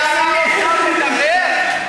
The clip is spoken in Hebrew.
שר האוצר מדבר,